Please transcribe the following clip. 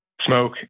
smoke